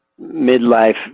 midlife